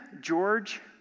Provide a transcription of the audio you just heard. George